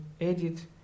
edit